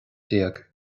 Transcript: déag